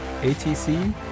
atc